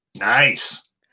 Nice